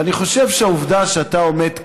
ואני חושב שהעובדה שאתה עומד כאן,